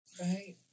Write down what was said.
right